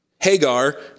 Hagar